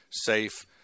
safe